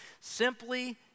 Simply